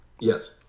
yes